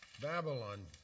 Babylon